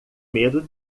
medo